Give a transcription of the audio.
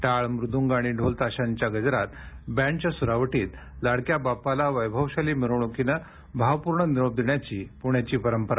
टाळ मृदूंग आणि ढोलताशांच्या गजरात बँडच्या सुरावटीत लाडक्या बाप्पाला वैभवशाली मिरवणुकीनं भावपूर्ण निरोप देण्याची पूर्ण्याची परंपरा